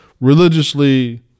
religiously